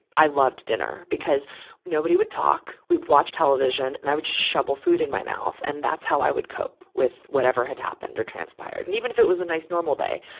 i loved dinner because nobody would talk, we would watch television, and i would just shovel food in mouth. and that's how i would cope with whatever had happened or transpired. and even if it was a nice, normal day,